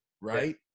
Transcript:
right